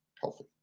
healthy